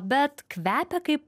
bet kvepia kaip